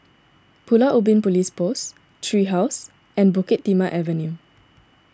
Pulau Ubin Police Post Tree House and Bukit Timah Avenue